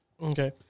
Okay